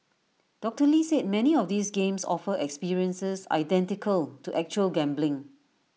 doctor lee said many of these games offer experiences identical to actual gambling